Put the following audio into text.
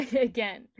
again